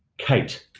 kate,